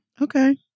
Okay